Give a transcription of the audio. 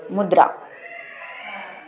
मुद्रा